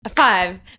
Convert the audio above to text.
Five